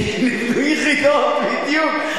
נבנו יחידות, בדיוק.